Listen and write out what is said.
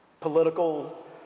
Political